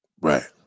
Right